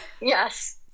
Yes